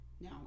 No